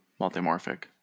multimorphic